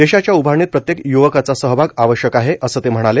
देशाच्या उभारणीत प्रत्येक य्वकाचा सहभाग आवश्यक आहे असं ते म्हणाले